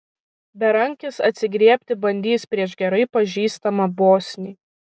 berankis atsigriebti bandys prieš gerai pažįstamą bosnį